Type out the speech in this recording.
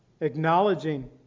acknowledging